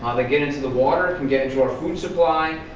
ah they get into the water, can get into our food supply,